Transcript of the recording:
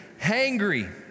hangry